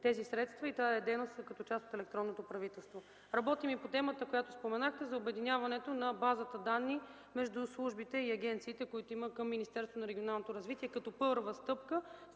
тези средства и тази дейност са като част от електронното правителство. Работим и по темата, която споменахте – за обединяването на базата данни между службите и агенциите, които са към Министерство на регионалното развитие и благоустройството,